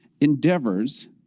endeavors